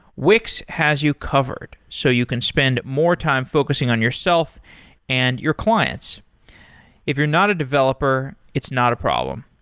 wix has you covered, so you can spend more time focusing on yourself and your clients if you're not a developer, it's not a problem.